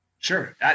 Sure